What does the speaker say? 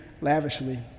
lavishly